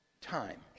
time